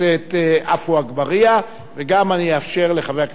וגם אאפשר לחבר הכנסת הרצוג לשאול את השאלות.